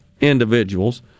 individuals